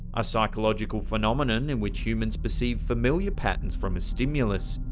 a psychological phenomenon in which humans perceive familiar patterns from a stimulus,